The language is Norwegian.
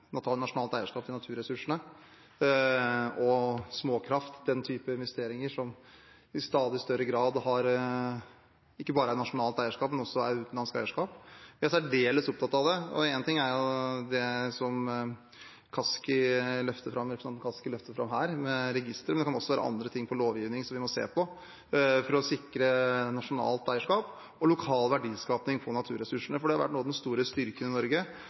nasjonalt eierskap til naturressursene, småkraft og slike investeringer, som i stadig større grad ikke bare har nasjonalt eierskap, men også utenlandsk eierskap. Jeg er særdeles opptatt av det. En ting er det som representanten Kaski løfter fram her, med registre, men det kan også være annet innen lovgivning vi må se på for å sikre nasjonalt eierskap og lokal verdiskaping av naturressursene. Det har vært noe av den store styrken i Norge